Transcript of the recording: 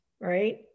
right